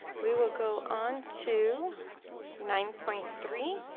we will go on to nine point three